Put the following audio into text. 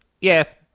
Yes